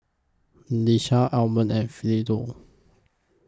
Ieshia Almon and Philo